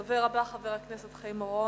הדובר הבא, חבר הכנסת חיים אורון,